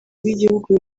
rw’igihugu